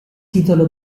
titolo